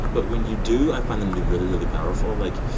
but when you do, i find them to be really, really powerful, like,